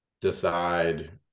decide